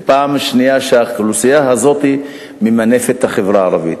ופעם שנייה שהאוכלוסייה הזאת ממנפת את החברה הערבית.